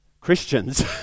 Christians